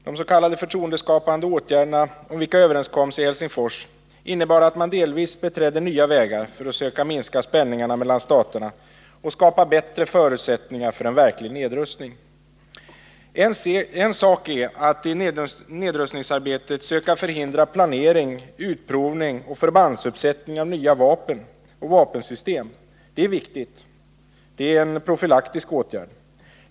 De s.k. förtroendeskapande åtgärderna, om vilka det överenskoms i Helsingfors, innebar att man delvis beträdde nya vägar för att söka minska spänningarna mellan staterna och skapa bättre förutsättningar för en verklig nedrustning. En sak är att i nedrustningsarbetet söka förhindra planering, utprovning och förbandsuppsättning av nya vapen och vapensystem. Det är viktigt; det är en profylaktisk åtgärd.